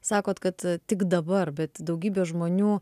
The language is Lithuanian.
sakot kad tik dabar bet daugybė žmonių